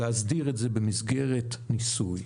להסדיר את זה במסגרת ניסוי,